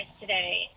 today